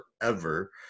forever